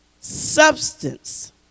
substance